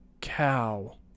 cow